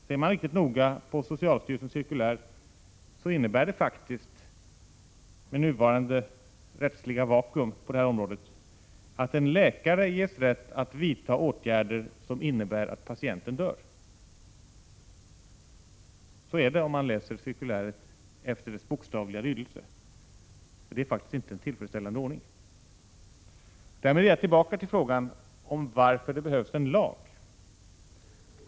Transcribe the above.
Ser man riktigt noga på socialstyrelsens cirkulär så innebär det faktiskt — med nuvarande rättsliga vakuum på det här området — att en läkare ges rätt att vidta åtgärder som innebär att patienten dör. Så är det om man läser cirkuläret efter dess bokstavliga lydelse. Det är faktiskt inte en tillfredsställande ordning. Därmed är jag tillbaka till frågan om varför det behövs en lag.